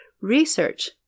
research